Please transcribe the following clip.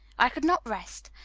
i could not rest.